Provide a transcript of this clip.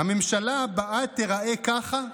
"הממשלה הבאה תיראה ככה"?